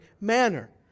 manner